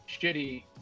shitty